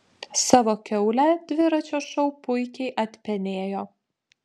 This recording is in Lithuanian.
savo kiaulę dviračio šou puikiai atpenėjo